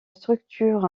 structure